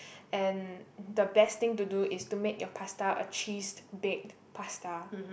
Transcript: and the best thing to do is to make your pasta a cheese baked pasta